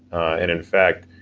and in fact,